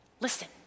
Listen